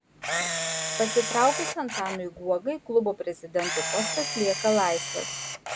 pasitraukus antanui guogai klubo prezidento postas lieka laisvas